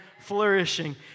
flourishing